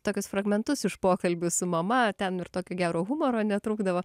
tokius fragmentus iš pokalbių su mama ten ir tokio gero humoro netrūkdavo